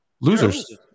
Losers